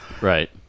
Right